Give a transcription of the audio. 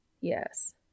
Yes